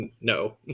No